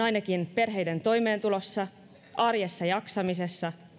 ainakin perheiden toimeentulossa arjessa jaksamisessa